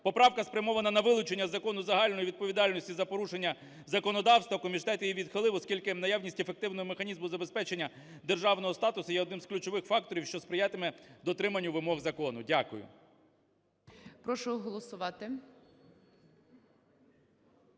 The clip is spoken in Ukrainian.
Поправка спрямована на вилучення з закону загальної відповідальності за порушення законодавства. Комітет її відхилив, оскільки наявність ефективного механізму забезпечення державного статусу є одним з ключових факторів, що сприятиме дотриманню вимог закону. Дякую. ГОЛОВУЮЧИЙ. Прошу голосувати.